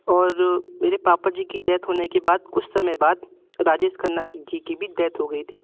और मेरे पापा जी की डेथ होने के बाद कुछ समय बाद राजेश खन्ना की जी की भी डेथ हो गई थी